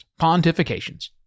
pontifications